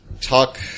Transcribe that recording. talk